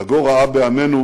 טאגור ראה בעמנו